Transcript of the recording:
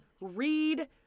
read